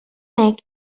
neck